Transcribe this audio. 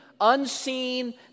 unseen